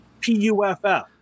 P-U-F-F